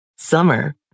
summer